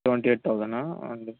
seventy eight thousand అండి